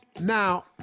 Now